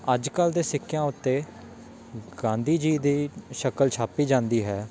ਅੱਜ ਕੱਲ ਦੇ ਸਿੱਕਿਆ ਉੱਤੇ ਗਾਂਧੀ ਜੀ ਦੀ ਸ਼ਕਲ ਛਾਪੀ ਜਾਂਦੀ